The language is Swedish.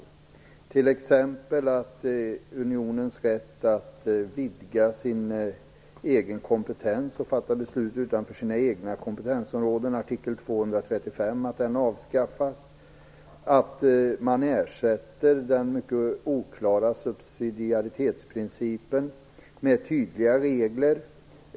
Vi föreslår t.ex. att unionens rätt att vidga sin egen kompetens och fatta beslut utanför sina kompetensområden, artikel 235, avskaffas och att den mycket oklara subsidiaritetsprincipen ersätts med tydliga regler.